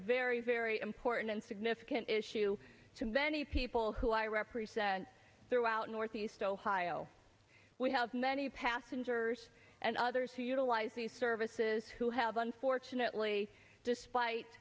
very very important and significant issue to many people who i represent throughout northeast ohio we have many passengers and others who utilize these services who have unfortunately despite